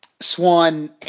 Swan